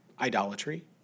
Idolatry